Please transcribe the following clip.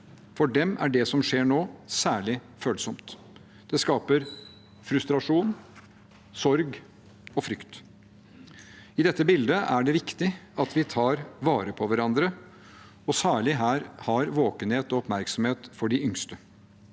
For dem er det som skjer nå, særlig følsomt. Det skaper frustrasjon, sorg og frykt. I dette bildet er det viktig at vi tar vare på hverandre og særlig har våkenhet og oppmerksomhet for de yngste,